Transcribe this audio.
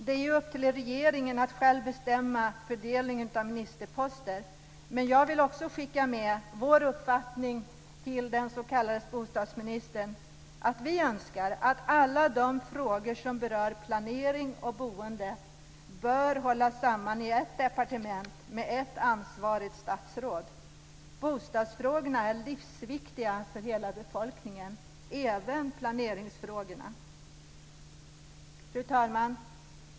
Det är ju upp till regeringen att själv bestämma fördelningen av ministerposter, men jag vill också skicka med vår uppfattning till bostadsministern: att vi önskar att alla de frågor som berör planering och boende bör hållas samman i ett departement med ett ansvarigt statsråd. Bostadsfrågorna är livsviktiga för hela befolkningen - även planeringsfrågorna. Fru talman!